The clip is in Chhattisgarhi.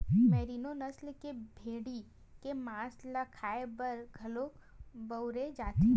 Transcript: मेरिनों नसल के भेड़ी के मांस ल खाए बर घलो बउरे जाथे